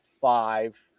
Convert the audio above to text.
five